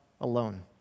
alone